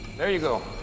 there you go.